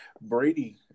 Brady